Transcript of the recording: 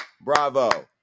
bravo